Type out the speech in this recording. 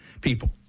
People